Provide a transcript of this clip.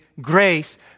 grace